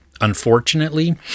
unfortunately